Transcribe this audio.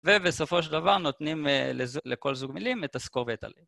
ובסופו של דבר נותנים לכל זוג מילים את הסקור ואת הלב.